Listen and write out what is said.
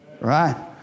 right